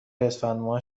اسفندماه